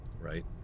right